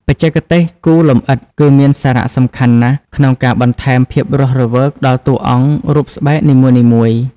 បច្ចេកទេសគូរលម្អិត គឺមានសារៈសំខាន់ណាស់ក្នុងការបន្ថែមភាពរស់រវើកដល់តួអង្គរូបស្បែកនីមួយៗ។